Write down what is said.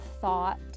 thought